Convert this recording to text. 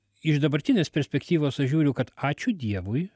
iš dabartinės perspektyvos aš žiūriu kad ačiū dievui